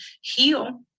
heal